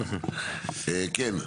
כן?